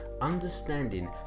Understanding